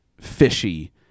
fishy